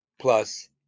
plus